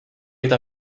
ida